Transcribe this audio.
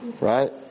right